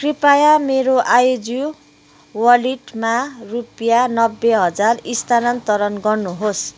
कृपया मेरो आइजियो वालेटमा रुपियाँ नब्बे हजार स्थानान्तरण गर्नुहोस्